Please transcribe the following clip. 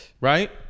Right